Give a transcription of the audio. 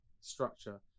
structure